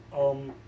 um